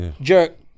jerk